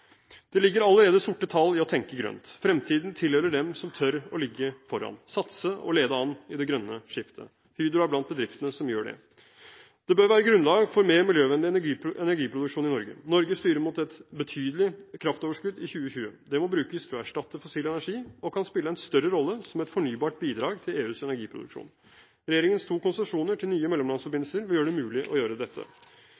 Det ligger allerede sorte tall i å tenke grønt. Fremtiden tilhører dem som tør å ligge foran, satse og lede an i det grønne skiftet. Hydro er blant bedriftene som gjør det. Det bør være grunnlag for mer miljøvennlig energiproduksjon i Norge. Norge styrer mot et betydelig kraftoverskudd i 2020. Det må brukes til å erstatte fossil energi og kan spille en større rolle som et fornybart bidrag til EUs energiproduksjon. Regjeringens to konsesjoner til nye